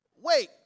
Wait